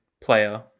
player